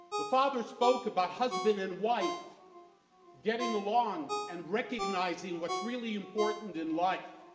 the father spoke about husband and wife getting along and recognizing what's really important in life,